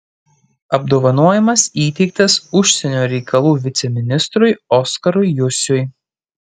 apdovanojimas įteiktas užsienio reikalų viceministrui oskarui jusiui